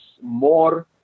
more